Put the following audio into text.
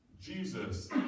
Jesus